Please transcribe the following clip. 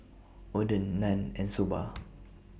Oden Naan and Soba